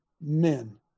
men